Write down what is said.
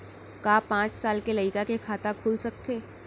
का पाँच साल के लइका के खाता खुल सकथे?